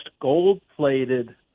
gold-plated